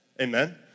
amen